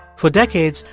for decades,